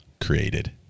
created